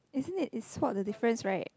isn't it it's spot the difference [right]